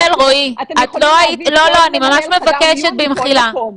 אתם יכולים להביא כל מנהל חדר מיון לכל מקום.